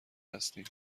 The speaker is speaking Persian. هستیم